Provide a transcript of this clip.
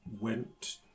went